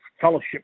Fellowship